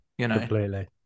Completely